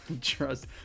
trust